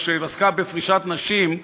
אשר עסקה בפרישת נשים,